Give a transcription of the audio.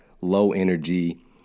low-energy